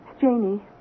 Janie